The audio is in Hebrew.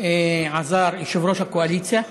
יושב-ראש הקואליציה אמסלם,